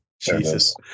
Jesus